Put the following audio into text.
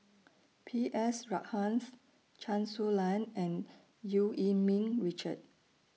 P S Rajhans Chen Su Lan and EU Yee Ming Richard